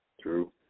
True